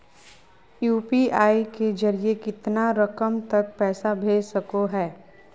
UPI के जरिए कितना रकम तक पैसा भेज सको है?